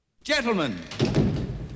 Gentlemen